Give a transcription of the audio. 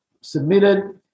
submitted